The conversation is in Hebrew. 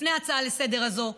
לפני ההצעה לסדר-היום הזאת,